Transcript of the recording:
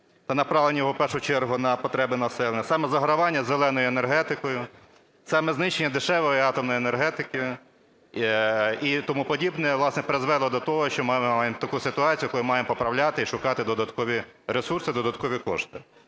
та направлення його в першу чергу на потреби населення, саме загравання "зеленою" енергетикою, саме знищення дешевої атомної енергетики і тому подібне, власне, призвело до того, що ми маємо таку ситуацію, коли маємо поправляти і шукати додаткові ресурси, додаткові кошти.